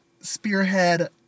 spearhead